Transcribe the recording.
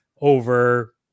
over